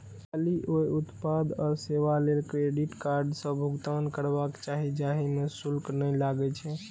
खाली ओइ उत्पाद आ सेवा लेल क्रेडिट कार्ड सं भुगतान करबाक चाही, जाहि मे शुल्क नै लागै छै